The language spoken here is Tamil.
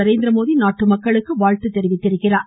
நரேந்திரமோடி நாட்டு மக்களுக்கு வாழ்த்து தெரிவித்துள்ளார்